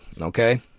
okay